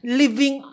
living